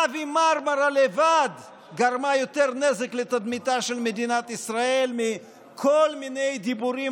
מאווי מרמרה לבד גרמה יותר נזק לתדמיתה של מדינת ישראל מכל מיני דיבורים